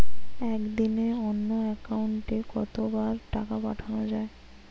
একদিনে অন্য একাউন্টে কত বার টাকা পাঠানো য়ায়?